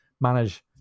manage